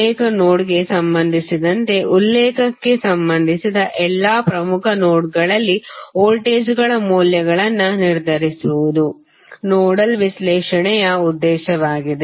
ಉಲ್ಲೇಖ ನೋಡ್ಗೆ ಸಂಬಂಧಿಸಿದಂತೆ ಉಲ್ಲೇಖಕ್ಕೆ ಸಂಬಂಧಿಸಿದ ಎಲ್ಲಾ ಪ್ರಮುಖ ನೋಡ್ಗಳಲ್ಲಿ ವೋಲ್ಟೇಜ್ಗಳ ಮೌಲ್ಯಗಳನ್ನು ನಿರ್ಧರಿಸುವುದು ನೋಡಲ್ ವಿಶ್ಲೇಷಣೆಯ ಉದ್ದೇಶವಾಗಿದೆ